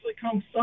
come